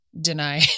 deny